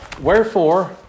Wherefore